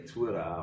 Twitter